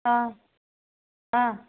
ꯑꯥ ꯑꯥ